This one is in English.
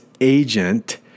agent